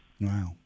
Wow